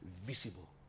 visible